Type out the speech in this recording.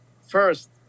first